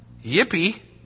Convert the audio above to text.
Yippee